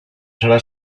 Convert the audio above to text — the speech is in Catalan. serà